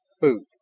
food